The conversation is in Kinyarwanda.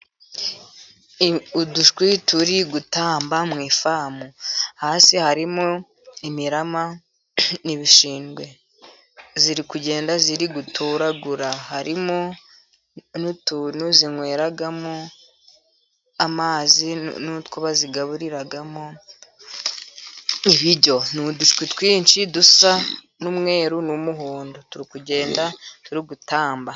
Udushwi turi gutamba mu ifamu. Hasi harimo imirama n'ibishingwe. Iri kugenda iri gutoraragura. Harimo n'utuntu inyweramo amazi, n'utwo bazigaburiramo ibiryo. Ni udushwi twinshi dusa n'umweru n'umuhondo, turi kugenda turi gutamba.